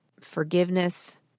forgiveness